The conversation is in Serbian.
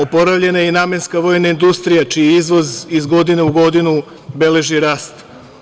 Oporavljena je i Namenska vojna industrija, čiji izvoz iz godine u godinu beleži rast.